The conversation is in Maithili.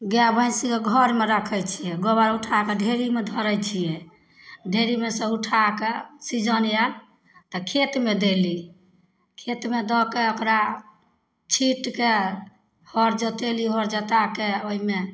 गाइ भैँसीके घरमेके राखै छिए गोबर उठाके ढेरीमे धरै छिए ढेरीमेसँ उठाकऽ सीजन आएल तऽ खेतमे देली खेतमे दऽके ओकरा छीटिके हर जोतैली हर जोताके ओहिमे